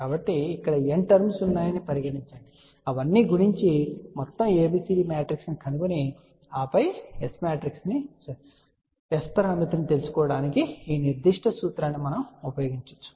కాబట్టి ఇక్కడ n terms ఉన్నాయని పరిగణించండి అవన్నీ గుణించి మొత్తం ABCD మ్యాట్రిక్స్ ను కనుగొని ఆపై మొత్తం S పరామితిని తెలుసుకోవడానికి నిర్దిష్ట సూత్రాన్ని ఉపయోగించండి